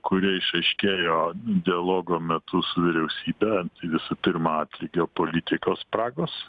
kurie išaiškėjo dialogo metu su vyriausybe visų pirma atlygio politikos spragos